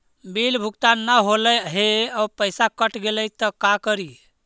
Bill भुगतान न हौले हे और पैसा कट गेलै त का करि?